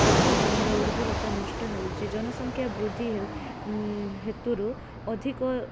ଚାଷ ଜମିର ଉର୍ବରତା ନଷ୍ଟ ହେଉଛି ଜନସଂଖ୍ୟା ବୃଦ୍ଧି ହେତୁରୁ ଅଧିକ